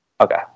Okay